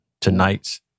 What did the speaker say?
tonight's